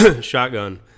shotgun